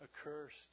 Accursed